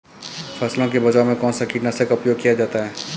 फसलों के बचाव में कौनसा कीटनाशक का उपयोग किया जाता है?